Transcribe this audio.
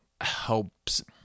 helps